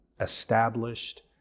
established